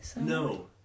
No